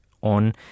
on